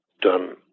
done